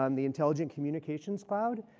um the intelligent communication cloud.